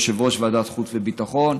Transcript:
יושב-ראש ועדת חוץ וביטחון,